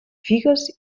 figues